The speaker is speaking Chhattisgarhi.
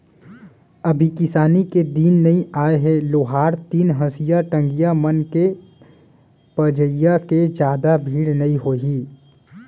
अभी किसानी के दिन नइ आय हे लोहार तीर हँसिया, टंगिया मन के पजइया के जादा भीड़ नइ होही